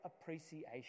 appreciation